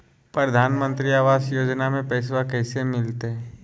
प्रधानमंत्री आवास योजना में पैसबा कैसे मिलते?